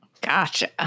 Gotcha